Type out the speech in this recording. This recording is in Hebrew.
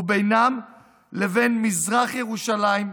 ובינם לבין מזרח ירושלים,